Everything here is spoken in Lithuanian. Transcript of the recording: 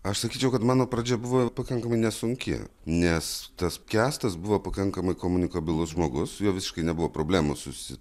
aš sakyčiau kad mano pradžia buvo pakankamai nesunki nes tas kęstas buvo pakankamai komunikabilus žmogus su juo visiškai nebuvo problemų susi